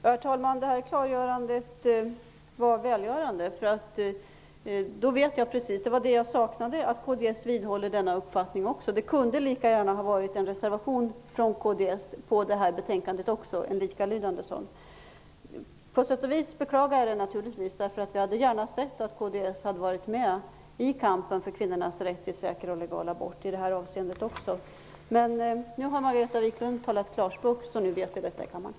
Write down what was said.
Herr talman! Detta klargörande var välgörande. Det var det som jag saknade -- att också kds vidhåller sin uppfattning. Det kunde lika gärna ha funnits en likalydande reservation från kds till detta betänkande. På sätt och vis beklagar jag naturligtvis detta. Vi hade gärna sett att kds hade varit med i kampen för kvinnornas rätt till säker och legal abort också i detta avseende. Men nu har Margareta Viklund talat klarspråk, så nu vet kammaren hur det är.